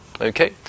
Okay